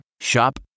Shop